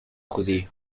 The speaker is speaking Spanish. judío